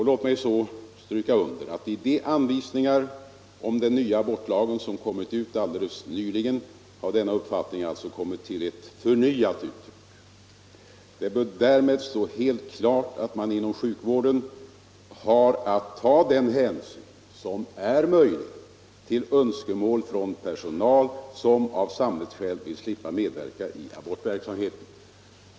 Låt mig stryka under att i de anvisningar till den nya abortlagen som nyligen utfärdats har denna uppfattning kommit till ett förnyat uttryck. Det bör därmed stå helt klart att man inom sjukvården har att ta den hänsyn som är möjlig till önskemål från personal som av samvetsskäl vill slippa medverka i abortverksamheten.